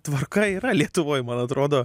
tvarka yra lietuvoj man atrodo